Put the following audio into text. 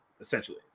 essentially